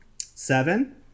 Seven